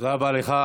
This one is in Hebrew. תודה רבה לך.